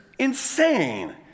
insane